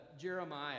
Jeremiah